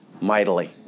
mightily